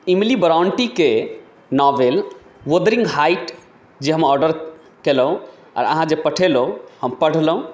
इमली ब्राउनटीके novel Wuthering Heights जे हम ऑर्डर केलहुँ आओर अहाँ जे पठेलहुँ हम पढ़लहुँ